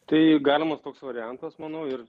tai galimas toks variantas manau ir